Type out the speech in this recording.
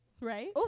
right